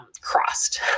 crossed